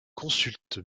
consulte